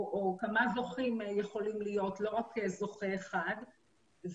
כמה זוכים יכולים להיות, לא רק זוכה אחד.